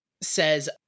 says